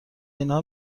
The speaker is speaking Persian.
اینها